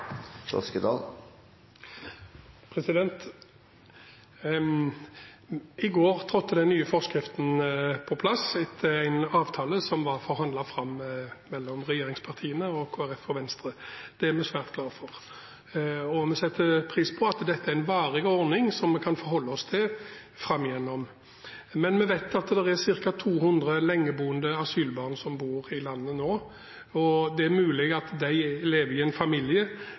I går trådte den nye forskriften i kraft, etter en avtale som var forhandlet fram mellom regjeringspartiene og Kristelig Folkeparti og Venstre. Det er vi svært glade for. Vi setter pris på at dette er en varig ordning, som vi kan forholde oss til framover. Men vi vet at ca. 200 lengeboende asylbarn bor i landet nå, og det er mulig at de lever i en familie